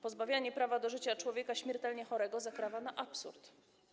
Pozbawianie prawa do życia człowieka śmiertelnie chorego zakrawa na absurd.